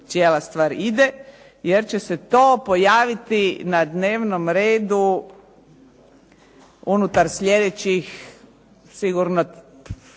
cijela stvar ide jer će se to pojaviti na dnevnom redu unutar sljedećih, ne